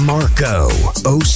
Marco